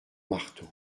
marteau